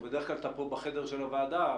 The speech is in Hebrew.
בדרך-כלל, אתה פה בחדר הוועדה.